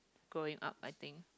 growing up I think